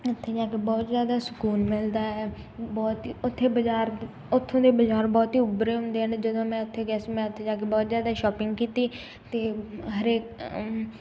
ਉੱਥੇ ਜਾ ਕੇ ਬਹੁਤ ਜ਼ਿਆਦਾ ਸਕੂਨ ਮਿਲਦਾ ਹੈ ਬਹੁਤ ਉੱਥੇ ਬਾਜ਼ਾਰ ਉੱਥੋਂ ਦੇ ਬਾਜ਼ਾਰ ਬਹੁਤੇ ਉੱਭਰੇ ਹੁੰਦੇ ਨੇ ਜਦੋਂ ਮੈਂ ਇੱਥੇ ਗਿਆ ਸੀ ਉੱਥੇ ਜਾ ਕੇ ਬਹੁਤ ਜ਼ਿਆਦਾ ਸ਼ੋਪਿੰਗ ਕੀਤੀ ਅਤੇ ਹਰੇਕ